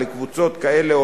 לקבוצות כאלה,